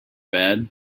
bad